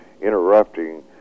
interrupting